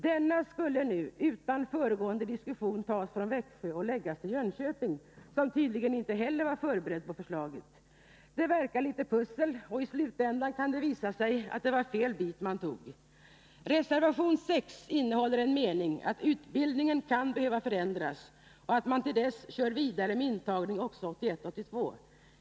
Denna skulle nu utan föregående diskussion tas från Växjö och läggas till Jönköping, där man tydligen inte heller var förberedd på förslaget. Det verkar som att lägga pussel — i slutänden kan det visa sig att det var fel bit man tog. Reservationen 6 innehåller en mening där det står ”att utbildningen kan behöva ses över och förändras” men att man till dess kör vidare med intagning också 1981/82.